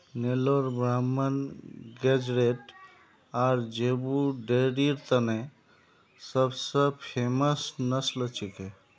Nellore Brahman गेज़रैट आर zebu डेयरीर तने सब स फेमस नस्ल छिके